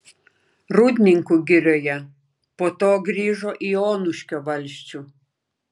rūdninkų girioje po to grįžo į onuškio valsčių